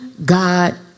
God